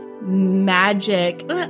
magic